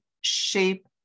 shape